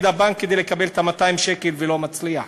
הבנק כדי לקבל את 200 השקל ולא מצליח.